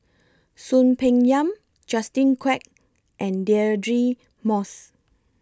Soon Peng Yam Justin Quek and Deirdre Moss